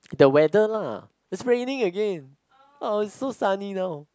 the weather lah it's raining again oh is so sunny now